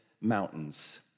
mountains